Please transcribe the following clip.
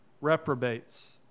reprobates